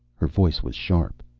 her voice was sharp.